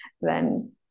then-